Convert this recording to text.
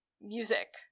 music